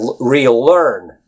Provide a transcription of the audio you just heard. relearn